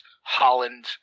Holland